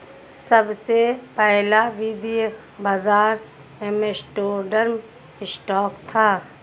सबसे पहला वित्तीय बाज़ार एम्स्टर्डम स्टॉक था